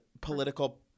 political